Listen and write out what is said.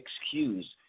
excuse